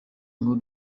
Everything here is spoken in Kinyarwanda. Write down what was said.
nkuru